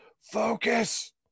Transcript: focus